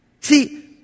See